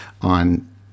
on